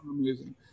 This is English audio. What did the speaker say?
amazing